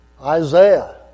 Isaiah